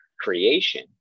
creation